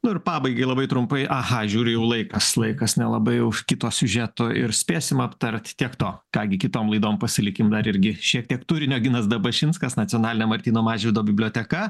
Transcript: nu ir pabaigai labai trumpai aha žiūriu jau laikas laikas nelabai jau už kito siužeto ir spėsim aptart tiek to ką gi kitom laidom pasilikim dar irgi šiek tiek turinio ginas dabašinskas nacionalinė martyno mažvydo biblioteka